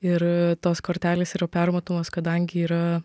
ir tos kortelės yra permatomos kadangi yra